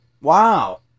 Wow